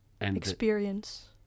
experience